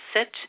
sit